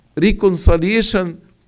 reconciliation